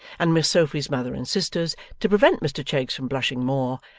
and miss sophy's mother and sisters, to prevent mr cheggs from blushing more,